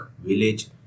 village